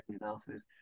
analysis